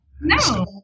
No